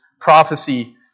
prophecy